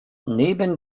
neben